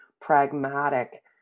pragmatic